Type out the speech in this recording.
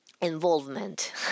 involvement